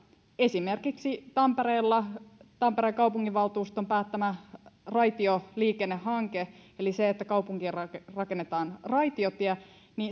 esimerkiksi tampereella tampereen kaupunginvaltuuston päättämä raitioliikennehanke eli se että kaupunkiin rakennetaan raitiotie